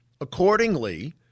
Accordingly